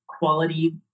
quality